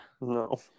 No